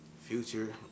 Future